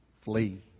Flee